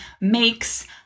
makes